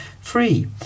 free